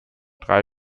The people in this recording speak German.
drei